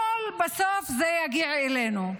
בסוף הכול יגיע אלינו.